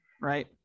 right